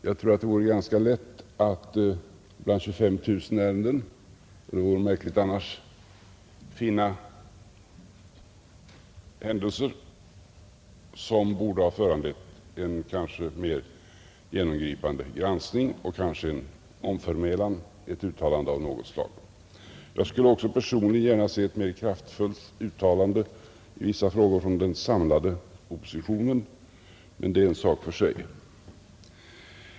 Jag tror att det vore ganska lätt att bland 25 000 ärenden — det vore märkligt annars — finna händelser som borde ha föranlett en mer genomgripande granskning och kanske en omförmälan eller ett uttalande av något slag. Jag skulle också personligen gärna ha sett ett mera kraftfullt uttalande i vissa frågor från den samlade oppositionen, men det är en sak för sig.